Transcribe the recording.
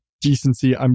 decency